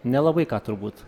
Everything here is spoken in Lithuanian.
nelabai ką turbūt